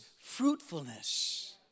fruitfulness